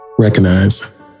recognize